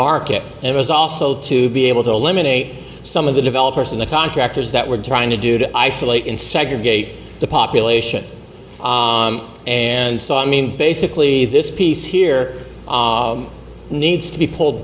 market and it was also to be able to eliminate some of the developers and the contractors that were trying to do to isolate and segregate the population and so i mean basically this piece here needs to be pulled